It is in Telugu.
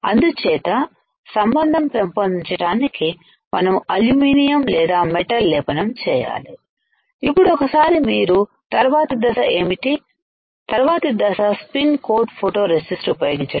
అందుచేత సంబంధం పెంపొందించడానికి మనము అల్యూమినియం లేదా మెటల్ లేపనం చేయాలి ఇప్పుడు ఒక్కసారి మీరు తర్వాత దశ ఏంటి తరవాత దశస్పిన్ కోట్ ఫోటో రెసిస్ట్ ఉపయోగించడం